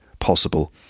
Possible